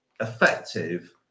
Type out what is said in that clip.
effective